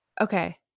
okay